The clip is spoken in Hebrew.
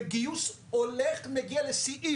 וגיוס הולך ומגיע לשיאים,